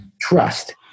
Trust